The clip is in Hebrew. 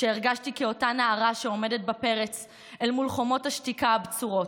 הרגשתי כאותה נערה שעומדת בפרץ אל מול חומות השתיקה הבצורות,